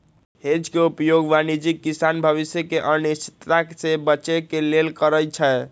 hedge के उपयोग वाणिज्यिक किसान भविष्य के अनिश्चितता से बचे के लेल करइ छै